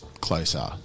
closer